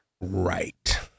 Right